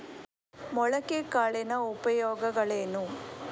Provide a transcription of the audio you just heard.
ಮೊಳಕೆ ಕಾಳಿನ ಉಪಯೋಗಗಳೇನು?